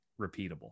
repeatable